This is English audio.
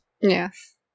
Yes